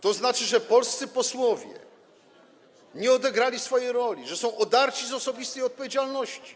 To znaczy, że polscy posłowie nie odegrali swojej roli, że są odarci z osobistej odpowiedzialności.